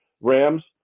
Rams